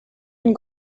une